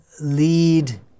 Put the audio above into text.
lead